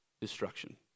destruction